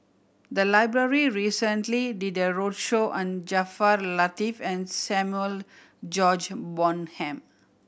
the library recently did a roadshow on Jaafar Latiff and Samuel George Bonham